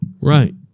right